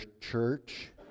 church